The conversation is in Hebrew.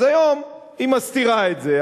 אז היום היא מסתירה את זה,